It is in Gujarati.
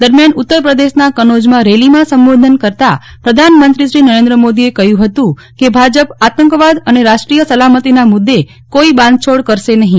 દરમ્યાન ઉત્તરપ્રદેશના કનોજમાં રેલીમાં સંબોધન કરતા પ્રધાનમંત્રીશ્રી મોદીએ કહ્યુ હતું કે ભાજપ આતંકવાદ અને રાષ્ટ્રીય સલામતીના મુદ્દે કોઇ બાંધછોડ કરશે નહીં